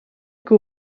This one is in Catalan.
que